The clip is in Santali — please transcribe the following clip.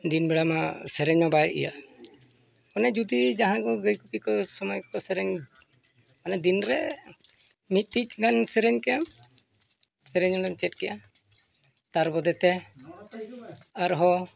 ᱫᱤᱱ ᱵᱮᱲᱟᱢᱟ ᱥᱮᱨᱮᱧ ᱢᱟ ᱵᱟᱭ ᱤᱭᱟᱹᱜᱼᱟ ᱚᱱᱮ ᱡᱩᱫᱤ ᱡᱟᱦᱟᱸᱭ ᱠᱚ ᱜᱟᱹᱭ ᱜᱩᱯᱤ ᱠᱚ ᱥᱚᱢᱚᱭ ᱠᱚ ᱥᱮᱨᱮᱧ ᱢᱟᱱᱮ ᱫᱤᱱ ᱨᱮ ᱢᱤᱫᱴᱤᱡ ᱜᱟᱱ ᱥᱮᱨᱮᱧ ᱠᱮᱜ ᱮᱢ ᱥᱮᱨᱮᱧ ᱚᱱᱮᱢ ᱪᱮᱫ ᱠᱮᱜᱼᱟ ᱛᱟᱨ ᱵᱟᱫᱮᱛᱮ ᱟᱨ ᱦᱚᱸ